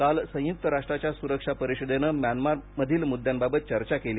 काल संयुक्त राष्ट्राच्या सुरक्षा परिषदेने म्यानमारमधील मुद्द्यांबाबत चर्चा केली